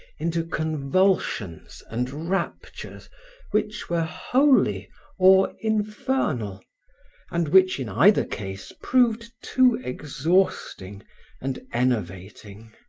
into convulsions and raptures which were holy or infernal and which, in either case, proved too exhausting and enervating.